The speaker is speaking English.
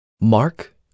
Mark